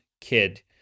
kid